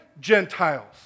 Gentiles